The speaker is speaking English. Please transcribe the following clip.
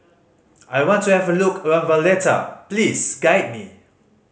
I want to have a look around Valletta please guide me